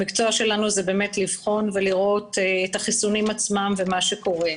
המקצוע שלנו הוא לבחון ולראות את החיסונים עצמם ומה שקורה.